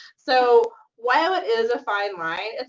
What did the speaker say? so while it is a fine line,